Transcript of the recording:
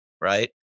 right